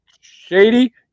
shady